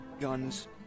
guns